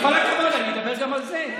עם כל הכבוד, אני אדבר גם על זה.